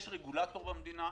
יש רגולטור במדינה,